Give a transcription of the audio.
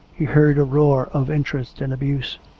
he heard a roar of interest and abuse,